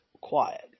quiet